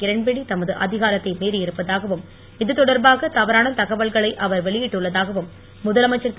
கிரண்பேடி தமது அதிகாரத்தை மீறி இருப்பதாகவும் இது தொடர்பாக தவறான தகவல்களை அவர் வெளியிட்டுள்ள தாகவும் முதலமைச்சர் இரு